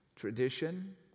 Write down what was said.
Tradition